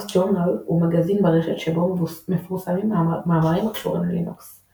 Journal הוא מגזין ברשת שבו מפורסמים מאמרים הקשורים ללינוקס;